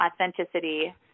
authenticity